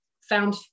found